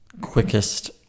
quickest